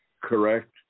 correct